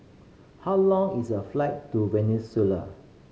how long is the flight to Venezuela